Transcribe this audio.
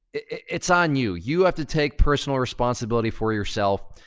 it's on you. you have to take personal responsibility for yourself.